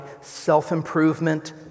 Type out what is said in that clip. self-improvement